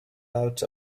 out